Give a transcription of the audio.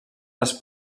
les